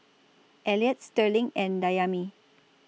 Elliot Sterling and Dayami